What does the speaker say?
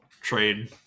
trade